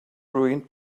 ruined